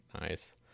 Nice